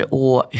och